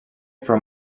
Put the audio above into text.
from